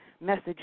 message